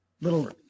Little